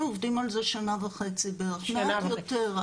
אנחנו עובדים על זה שנה וחצי בערך, מעט יותר.